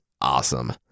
awesome